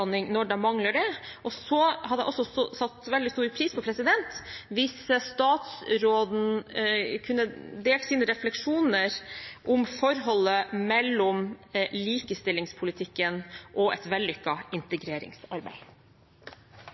når de mangler det. Og så hadde jeg også satt veldig stor pris på det hvis statsråden kunne delt sine refleksjoner om forholdet mellom likestillingspolitikken og et vellykket integreringsarbeid.